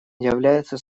является